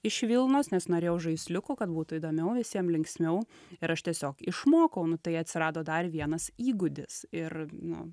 iš vilnos nes norėjau žaisliukų kad būtų įdomiau visiem linksmiau ir aš tiesiog išmokau nu tai atsirado dar vienas įgūdis ir nu